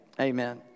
Amen